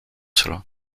cela